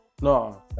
No